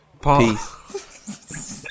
Peace